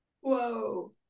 Whoa